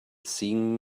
seeing